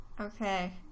Okay